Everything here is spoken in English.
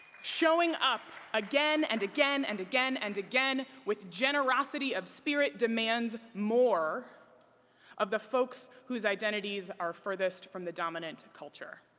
showing up again and again and again and again with generosity of spirit demands more of the folks whose identities are furthest from the dominant culture.